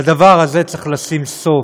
לדבר הזה צריך לשים סוף.